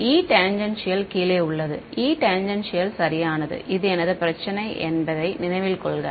மாணவர் E டேஜென்ஷியல் கீழே உள்ளது E டேஜென்ஷியல் சரியானது இது எனது பிரச்சினை என்பதை நினைவில் கொள்க